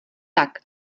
tak